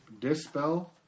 dispel